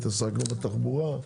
התעסקנו בתחבורה.